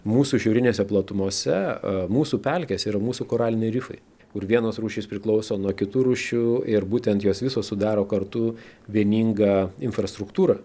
mūsų šiaurinėse platumose mūsų pelkės yra mūsų koraliniai rifai kur vienos rūšys priklauso nuo kitų rūšių ir būtent jos visos sudaro kartu vieningą infrastruktūrą